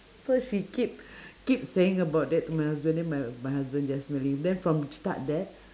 so she keep keep saying about that to my husband then m~ my husband just smiling then from start there